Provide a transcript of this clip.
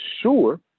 sure